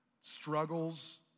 Struggles